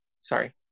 Sorry